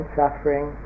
suffering